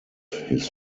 his